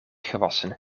gewassen